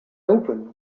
open